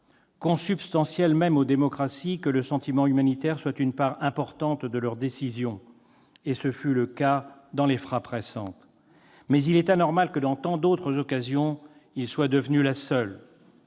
consubstantiel même aux démocraties, que le sentiment humanitaire soit une part importante de leurs décisions, et ce fut le cas dans les frappes récentes. Mais il est anormal que dans tant d'autres occasions il soit devenu la seule.